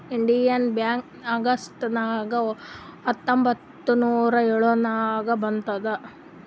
Indian Bank August ನಾಗ್ ಹತ್ತೊಂಬತ್ತ್ ನೂರಾ ಎಳುರ್ನಾಗ್ ಬಂದುದ್